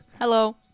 hello